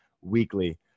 weekly